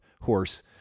horse